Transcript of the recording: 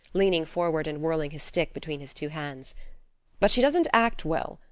leaning forward and whirling his stick between his two hands but she doesn't act well.